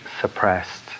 suppressed